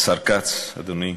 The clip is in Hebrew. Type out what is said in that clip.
השר כץ, אדוני,